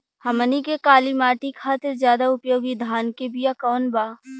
हमनी के काली माटी खातिर ज्यादा उपयोगी धान के बिया कवन बा?